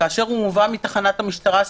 כאשר הוא מובא מתחנת המשטרה,